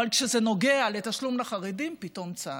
אבל כשזה נוגע לתשלום לחרדים, פתאום, צה"ל.